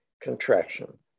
contraction